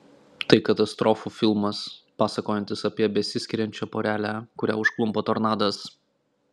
tai katastrofų filmas pasakojantis apie besiskiriančią porelę kurią užklumpa tornadas